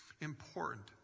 important